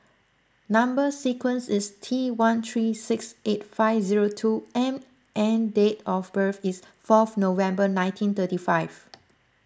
Number Sequence is T one three six eight five zero two M and date of birth is fourth November nineteen thirty five